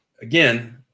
again